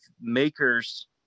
Makers